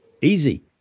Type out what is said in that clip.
Easy